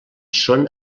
són